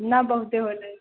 ना बहुते होलय